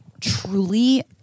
truly